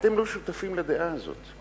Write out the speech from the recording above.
אתם לא שותפים לדעה הזאת.